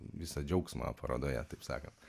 visą džiaugsmą parodoje taip sakant